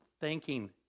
thanking